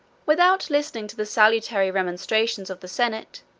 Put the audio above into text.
without listening to the salutary remonstrances of the senate,